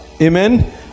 Amen